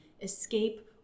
escape